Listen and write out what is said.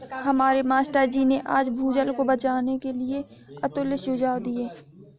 हमारे मास्टर जी ने आज भूजल को बचाने के लिए अतुल्य सुझाव दिए